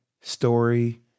story